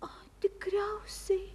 a tikriausiai